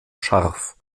scharf